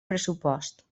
pressupost